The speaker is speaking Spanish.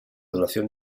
duración